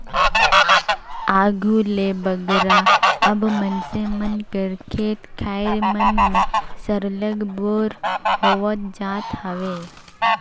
आघु ले बगरा अब मइनसे मन कर खेत खाएर मन में सरलग बोर होवत जात हवे